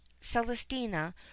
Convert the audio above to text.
Celestina